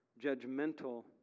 Judgmental